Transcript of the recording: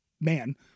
man